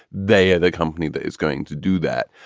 they are the company that is going to do that.